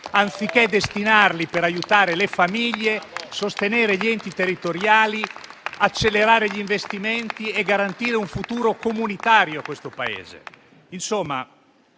anziché destinarlo ad aiutare le famiglie, a sostenere gli enti territoriali, ad accelerare gli investimenti e a garantire un futuro comunitario a questo Paese.